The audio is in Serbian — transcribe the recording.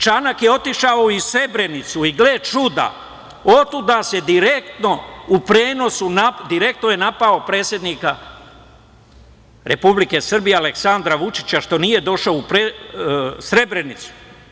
Čanak je otišao i u Srebrenicu i, gle čuda, otuda je direktno u prenosu napao predsednika Republike Srbije Aleksandra Vučića što nije došao u Srebrenicu.